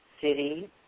city